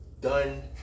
done